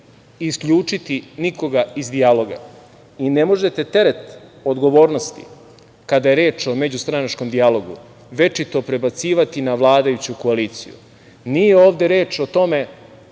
isključiti nikoga iz dijaloga, i ne možete teret odgovornosti, kada je reč o međustranačkom dijalogu, večito prebacivati na vladajuću koaliciju. Nije ovde reč o tome